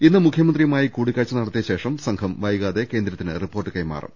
ഇന്ന് മുഖ്യമന്ത്രിയുമായി കൂടിക്കാഴ്ച നടത്തിയ ശേഷം സംഘം വൈകാതെ കേന്ദ്രത്തിന് റിപ്പോർട്ട് കൈമാറും